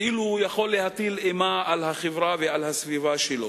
כאילו הוא יכול להטיל אימה על החברה ועל הסביבה שלו.